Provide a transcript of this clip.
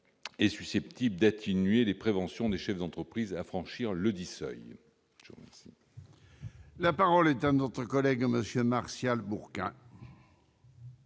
est susceptible d'atténuer les préventions des chefs d'entreprises à franchir ledit seuil. La parole est à M. Martial Bourquin,